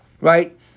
Right